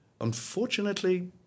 Unfortunately